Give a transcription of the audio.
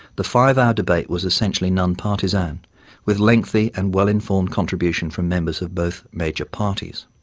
the five hour debate was essentially non-partisan with lengthy and well-informed contributions from members of both major parties,